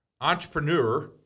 entrepreneur